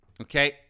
Okay